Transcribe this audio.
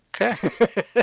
Okay